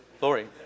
Lori